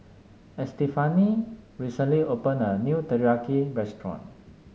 Estefany recently opened a new Teriyaki restaurant